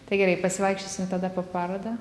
tai gerai pasivaikščiosim tada po parodą